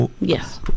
Yes